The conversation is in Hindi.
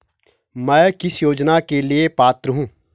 मैं किस योजना के लिए पात्र हूँ?